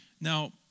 Now